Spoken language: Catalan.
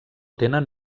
tenen